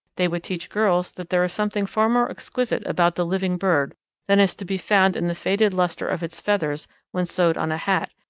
they would teach girls that there is something far more exquisite about the living bird than is to be found in the faded lustre of its feathers when sewed on a hat,